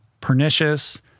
pernicious